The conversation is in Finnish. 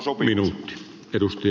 arvoisa puhemies